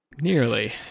Nearly